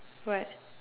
what